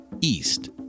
east